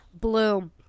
Bloom